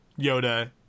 Yoda